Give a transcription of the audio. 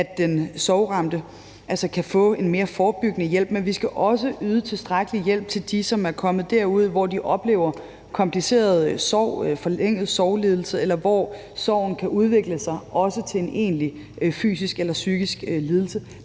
at den sorgramte altså kan få en mere forebyggende hjælp. Men vi skal også yde tilstrækkelig hjælp til dem, som er kommet derud, hvor de oplever kompliceret sorg og forlænget sorglidelse, eller hvor sorgen kan udvikle sig til en egentlig fysisk eller psykisk ledelse.